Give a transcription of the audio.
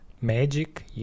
magic